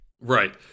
Right